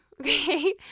okay